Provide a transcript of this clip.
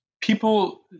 people